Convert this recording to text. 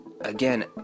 again